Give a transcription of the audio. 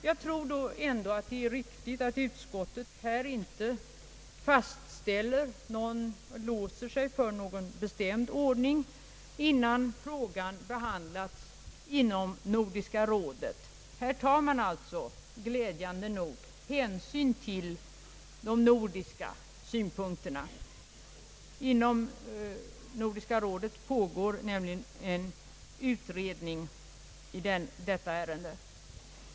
Jag tror ändå, att det är riktigt att utskottet härvidlag inte låser sig för någon bestämd ordning, innan frågan behandlats inom Nordiska rådet. Här tar man alltså glädjande nog hänsyn till de nordiska synpunkterna. Inom Nordiska rådet pågår nämligen en utredning i ärendet.